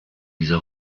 dieser